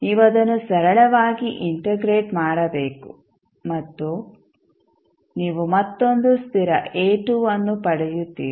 ನೀವು ಅದನ್ನು ಸರಳವಾಗಿ ಇಂಟೆಗ್ರೇಟ್ ಮಾಡಬೇಕು ಮತ್ತು ನೀವು ಮತ್ತೊಂದು ಸ್ಥಿರ A2 ಅನ್ನು ಪಡೆಯುತ್ತೀರಿ